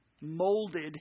molded